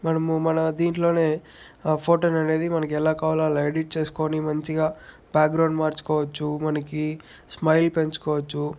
మనము మన దీంట్లోనే ఆ ఫోటోని అనేది మనకెలా కావాలంటే అలా ఎడిట్ చేసుకొని మంచిగా బ్యాక్గ్రౌండ్ మార్చుకోవచ్చు మనకి స్మైల్ పెంచుకోవచ్చు